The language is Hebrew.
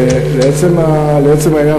לעצם העניין,